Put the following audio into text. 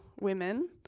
women